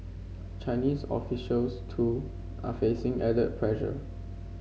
Chinese officials too are facing added pressure